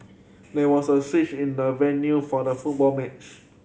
there was a switch in the venue for the football match